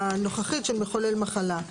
הנוכחית של מחולל מחלה,